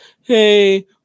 Hey